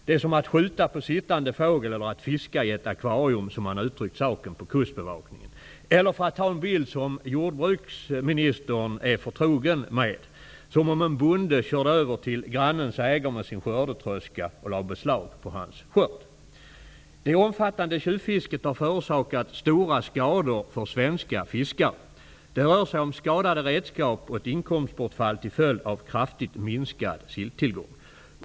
Det är som att skjuta på sittande fågel eller att fiska i ett akvarium, som Kustbevakningen har uttryckt det. Jag kan också använda en bild som jordbruksministern är förtrogen med: Det är som om en bonde körde över till grannens ägor med sin skördetröska och lade beslag på hans skörd. Det omfattande tjuvfisket har förorsakat stora skador för svenska fiskare. Det rör sig om skadade redskap och ett inkomstbortfall till följd av kraftigt minskad silltillgång.